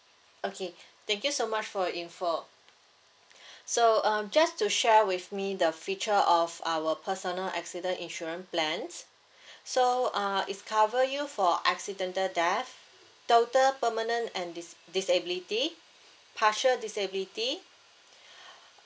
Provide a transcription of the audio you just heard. okay thank you so much for your info so uh just to share with me the feature of our personal accident insurance plan so uh it's cover you for accidental death total permanent and dis~ disability partial disability